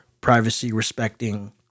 privacy-respecting